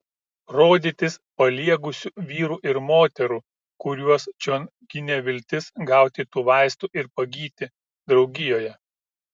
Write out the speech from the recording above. rodytis paliegusių vyrų ir moterų kuriuos čion ginė viltis gauti tų vaistų ir pagyti draugijoje